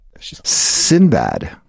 Sinbad